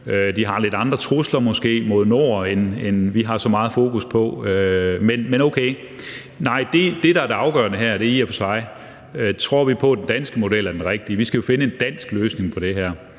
De har måske lidt andre trusler mod nord, end hvad vi har så meget fokus på, men okay. Nej, det, der er det afgørende her, er i og for sig, om vi tror på, at den danske model er den rigtige. Vi skal jo finde en dansk løsning på det her,